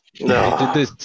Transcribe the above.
no